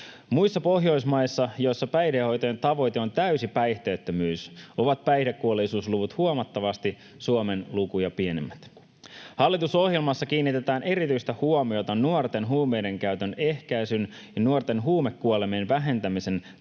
Muissa Pohjoismaissa, joissa päihdehoitojen tavoite on täysi päihteettömyys, ovat päihdekuolleisuusluvut huomattavasti Suomen lukuja pienemmät. Hallitusohjelmassa kiinnitetään erityistä huomiota nuorten huumeidenkäytön ehkäisyn ja nuorten huumekuolemien vähentämisen